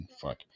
fuck